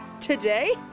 Today